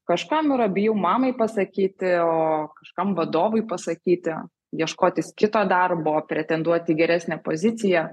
kažkam yra bijau mamai pasakyti o kažkam vadovui pasakyti ieškotis kito darbo pretenduoti į geresnę poziciją